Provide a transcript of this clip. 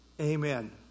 Amen